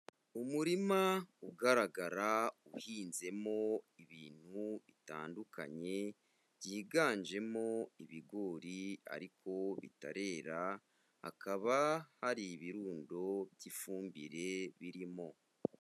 Umurima ugaragara uhinzemo ibintu bitandukanye, byiganjemo ibigori ariko bitarera, hakaba hari ibirundo by'ifumbire birimo.